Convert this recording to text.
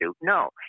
No